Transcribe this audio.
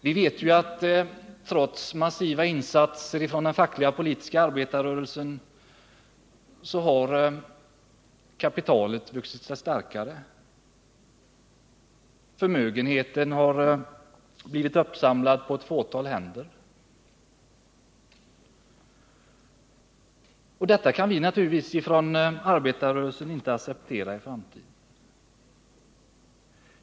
Vi vet att, trots massiva insatser från den fackliga och politiska arbetarrörelsen, kapitalet har vuxit sig starkare och förmögenheterna blivit uppsamlade på ett fåtal händer. Detta kan vi från arbetarrörelsen naturligtvis inte acceptera i framtiden.